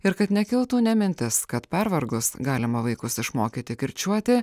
ir kad nekiltų nė mintis kad pervargus galima vaikus išmokyti kirčiuoti